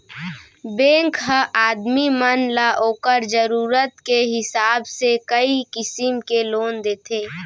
bank ह आदमी मन ल ओकर जरूरत के हिसाब से कई किसिम के लोन देथे